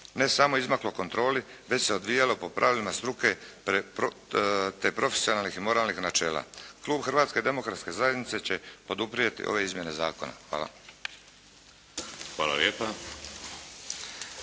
ne samo izmaklo kontroli, već se odvijalo po pravilima struke te profesionalnih i moralnih načela. Klub Hrvatske demokratske zajednice će poduprijeti ove izmjene zakona. Hvala.